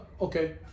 okay